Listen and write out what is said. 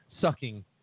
sucking